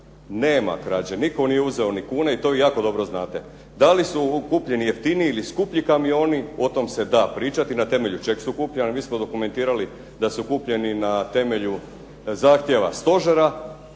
Nema krađe. Nitko nije uzeo ni kune i to vi jako dobro znate. Da li su kupljeni jeftiniji ili skuplji kamioni o tom se da pričati na temelju čeg su kupljeni, a mi smo dokumentirali da su kupljeni na temelju zahtjeva Stožera